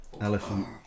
Elephant